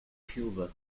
cuba